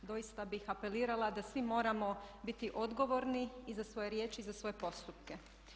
Doista bih apelirala da svi moramo biti odgovorni i za svoje riječi i za svoje postupke.